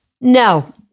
No